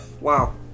wow